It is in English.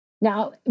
Now